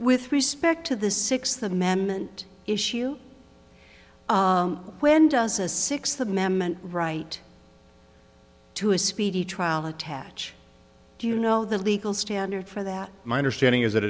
with respect to the sixth amendment issue when does a sixth amendment right to a speedy trial attach do you know the legal standard for that my understanding is that